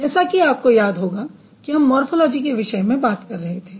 जैसा कि आपको याद होगा कि हम मॉर्फोलॉजी के विषय में बात कर रहे थे